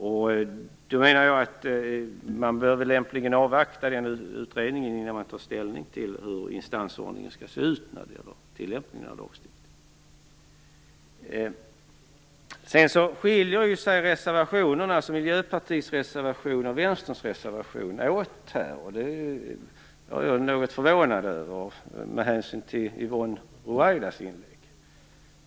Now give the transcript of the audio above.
Jag menar att man lämpligen bör avvakta den utredningen innan man tar ställning till hur instansordningen skall se ut vid tillämpningen av lagstiftningen. Miljöpartiets reservation och Vänsterns reservation skiljer sig här åt. Det är jag något förvånad över, med hänsyn till Yvonne Ruwaidas inlägg.